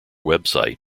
website